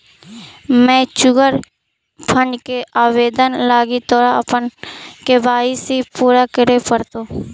mutual fund के आवेदन लागी तोरा अपन के.वाई.सी पूरा करे पड़तो